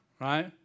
Right